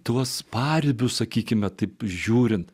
tuos paribius sakykime taip žiūrint